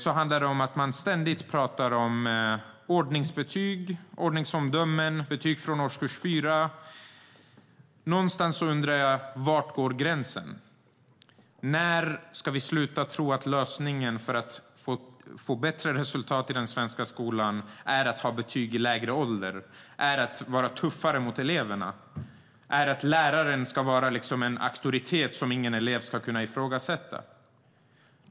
Man talar ständigt om ordningsbetyg, ordningsomdömen och betyg från årskurs 4. Någonstans undrar jag var gränsen går. När ska vi sluta tro att lösningen för att få bättre resultat i svenska skolan är att ha betyg i lägre åldrar, att vara tuffare mot eleverna och att läraren ska vara en auktoritet som ingen elev ska kunna ifrågasätta?